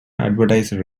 advertise